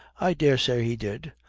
i daresay he did.